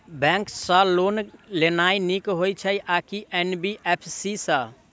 Bank सँ loan लेनाय नीक होइ छै आ की एन.बी.एफ.सी सँ?